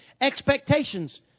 expectations